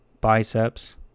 biceps